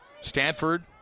Stanford